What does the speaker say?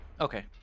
okay